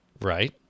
Right